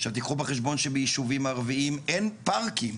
עכשיו תקחו בחשבון שביישובים ערביים אין פארקים.